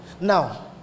Now